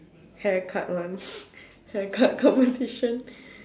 haircut one haircut competition